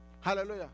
Hallelujah